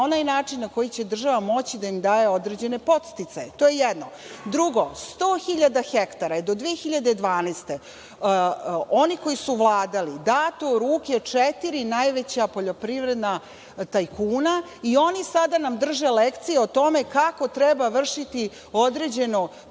onaj način na koji će država moći da im daje određene podsticaje. To je jedno. Drugo, 100 hiljada hektara je do 2012. godine, oni koji su vladali, dato u ruke četiri najveća poljoprivredna tajkuna i oni sada nam drže lekcije o tome kako treba vršiti određene